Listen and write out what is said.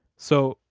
so,